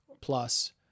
plus